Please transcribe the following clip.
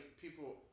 people